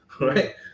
right